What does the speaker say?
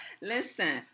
listen